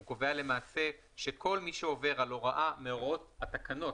הוא למעשה קובע כל מי שעובר על הוראה מהוראות התקנות,